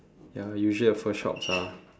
ya usually the first shops are